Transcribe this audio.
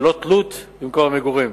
ללא תלות במקום המגורים,